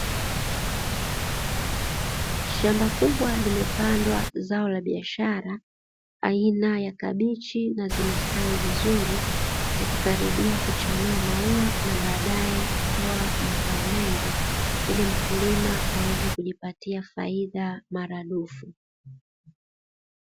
Shamba kubwa limepandwa zao la biashara aina ya kabichi na zimestawi vizuri zikikaribia, kuchanua maua na baadaye kutoa mazao mengi ili mkulima waweze kujipatia faida maradufu.